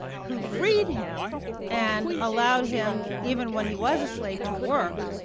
who freed him and allowed him even when he was a slave, to work,